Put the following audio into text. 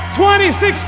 2016